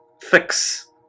Fix